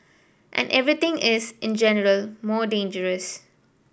and everything is in general more dangerous